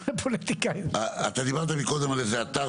אני פתחתי אותם באופן אישי.